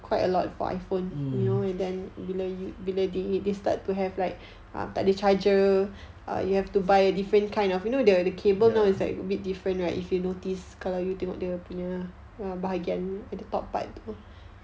mm ya